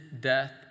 death